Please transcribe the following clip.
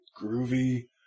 groovy